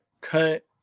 cut